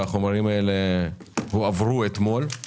החומרים האלה הועברו אתמול.